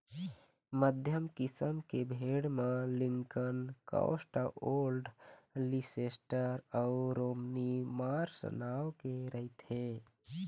मध्यम किसम के भेड़ म लिंकन, कौस्टवोल्ड, लीसेस्टर अउ रोमनी मार्स नांव के रहिथे